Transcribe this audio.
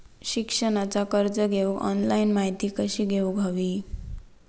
शिक्षणाचा कर्ज घेऊक ऑनलाइन माहिती कशी घेऊक हवी?